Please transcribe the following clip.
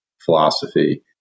philosophy